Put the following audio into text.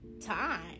time